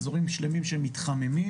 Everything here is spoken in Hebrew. איזורים שלמים שמתחממים,